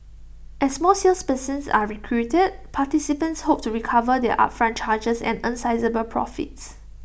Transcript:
as more salespersons are recruited participants hope to recover their upfront charges and earn sizeable profits